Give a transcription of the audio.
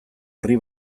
orri